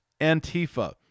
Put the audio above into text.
Antifa